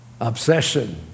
Obsession